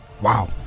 wow